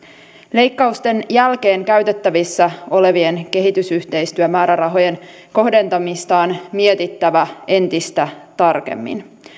leikkausten jälkeen käytettävissä olevien kehitysyhteistyömäärärahojen kohdentamista on mietittävä entistä tarkemmin